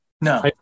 No